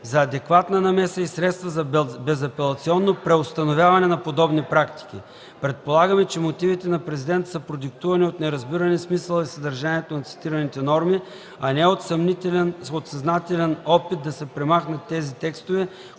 за адекватна намеса и средства за безапелационно преустановяване на подобни практики. Предполагаме, че мотивите на Президента са продиктувани от неразбиране на смисъла и съдържанието на цитираните норми, а не от съзнателен опит да се премахнат тези текстове,